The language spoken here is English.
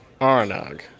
Aranag